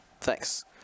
Thanks